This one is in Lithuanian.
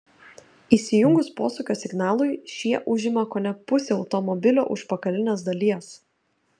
įsijungus posūkio signalui šie užima kone pusę automobilio užpakalinės dalies